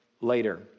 later